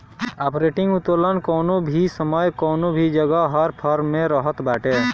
operating उत्तोलन कवनो भी समय कवनो भी जगह हर फर्म में रहत बाटे